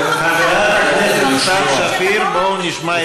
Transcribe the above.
חברת הכנסת סתיו שפיר, בואו נשמע את השר.